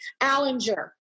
Allinger